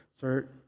Sir